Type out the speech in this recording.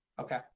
Okay